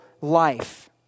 life